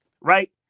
right